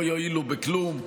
לא יועילו בכלום.